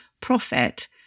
profit